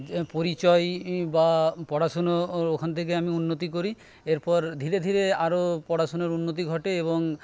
পরিচয় বা পড়াশুনো ওখান থেকে আমি উন্নতি করি এরপর ধীরে ধীরে আরও পরাশুনোর উন্নতি ঘটে এবং